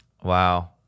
Wow